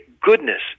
goodness